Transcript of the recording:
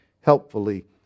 helpfully